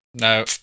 No